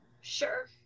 Sure